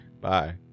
Bye